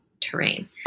terrain